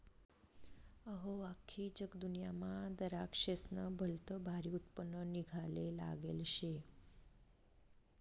अहो, आख्खी जगदुन्यामा दराक्शेस्नं भलतं भारी उत्पन्न निंघाले लागेल शे